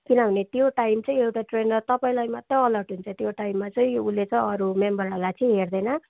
किनभने त्यो टाइम चाहिँ एउटा ट्रेनर तपाईँलाई मात्रै अलर्ट हुन्छ त्यो टाइममा चाहिँ यो उसले चाहिँ अरू मेम्बरहरूलाई चाहिँ हेर्दैन